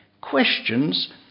questions